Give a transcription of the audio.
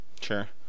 Sure